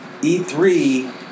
E3